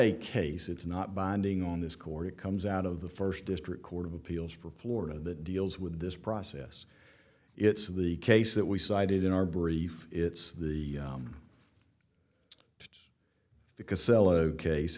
a case it's not binding on this court it comes out of the first district court of appeals for florida that deals with this process it's the case that we cited in our brief it's the because c